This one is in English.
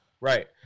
Right